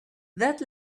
that